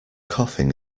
coughing